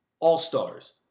all-stars